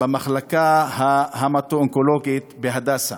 במחלקה ההמטו-אונקולוגית בהדסה.